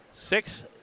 Six